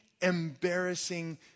embarrassing